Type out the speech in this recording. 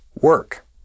work